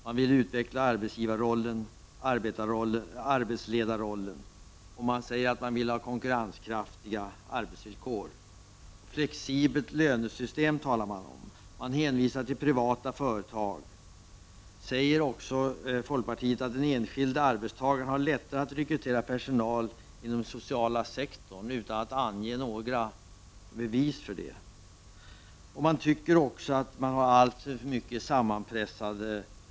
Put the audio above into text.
Man vill utveckla arbetsgivarrollen och arbetsledarrollen och det skall finnas konkurrenskraftiga arbetsvillkor. Man talar även om ett flexibelt lönesystem och hänvisar till privata företag. Folkpartiet säger också att den enskilda arbetsgivaren har lättare att rekrytera personal inom sociala sektorn utan att ange några bevis för det. Dessutom hävdar man att lönerna är alltför sammanpressade.